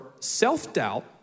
self-doubt